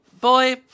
boy